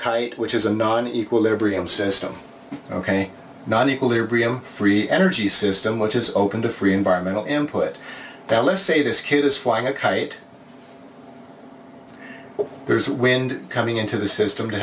kite which is a non equilibrium system ok not equilibrium free energy system which is open to free environmental him put that let's say this kid is flying a kite there's wind coming into the system to